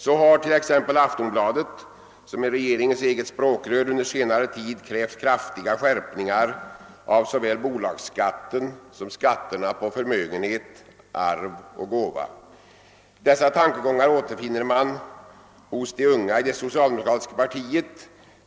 Så har t.ex. Aftonbladet, regeringens eget språkrör, under senare tid krävt kraftiga skärpningar av såväl bolagsskatten som skatterna på förmögenhet, arv och gåva. Dessa tankegångar återfinner man hos de unga i det socialdemokratiska partiet.